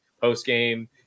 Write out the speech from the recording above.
post-game